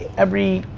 every